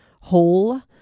whole